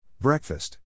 Breakfast